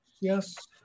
yes